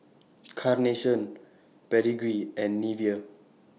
Carnation Pedigree and Nivea